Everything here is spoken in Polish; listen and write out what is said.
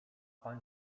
pan